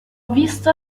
visto